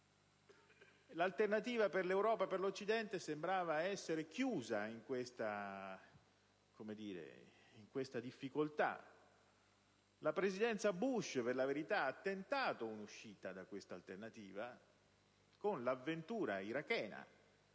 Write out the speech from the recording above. L'alternativa per l'Europa e per l'Occidente sembrava essere chiusa in questa difficoltà. La Presidenza Bush, per la verità, ha tentato un'uscita da questa alternativa con l'avventura irachena,